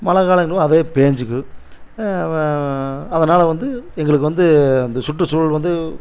மழை காலம் என்னவோ அதே பெஞ்சிக்கும் வ அதனால் வந்து எங்களுக்கு வந்து அந்த சுற்றுச்சூழல் வந்து